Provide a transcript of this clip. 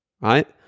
right